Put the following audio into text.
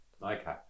Okay